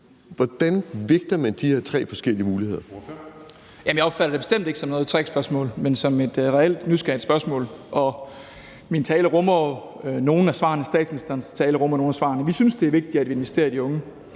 Christian Rabjerg Madsen (S): Jeg opfattede det bestemt ikke som noget trickspørgsmål, men som et reelt nysgerrigt spørgsmål. Min tale rummer jo nogle af svarene, og statsministerens tale rummer andre af svarene. Vi synes, at det er vigtigt at investere i de unge.